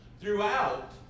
throughout